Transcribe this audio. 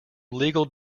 legal